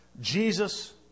Jesus